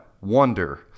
Wonder